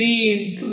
00